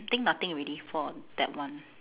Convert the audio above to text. I think nothing already for that one